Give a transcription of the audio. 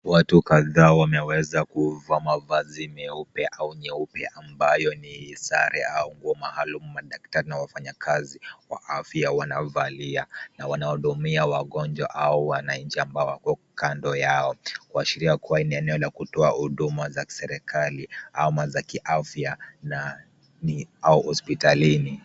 Watu kadhaa wameweza kuvaa mavazi meupe au nyeupe, ambayo ni sare au nguo maalum madaktari na wafanyakazi wa afya wanavalia. Na wanahudumia wagonjwa au wanainchi ambao wako kando yao. Kuashiria kuwa hii ni eneo la kutoa huduma za kiserikali, ama za kiafya, au ni hospitalini.